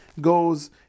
goes